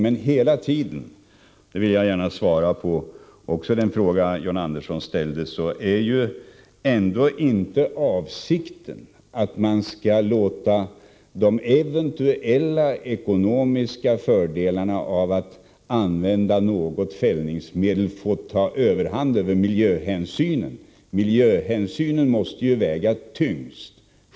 Men avsikten är ju ändå inte att man skall låta de eventuella ekonomiska fördelarna av att använda något fällningsmedel få ta överhand över miljöhänsynen. Miljöhänsynen måste väga tyngst.